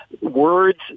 Words